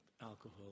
Alcohol